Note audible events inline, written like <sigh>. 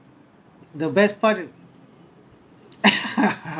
the best part <laughs>